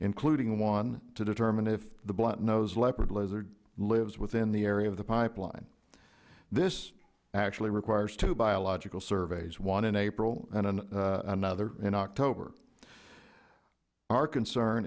including one to determine if the bluntnosed leopard lizard lives within the area of the pipeline this actually requires two biological surveys one in april and another in october our concern